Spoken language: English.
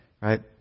right